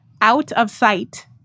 out-of-sight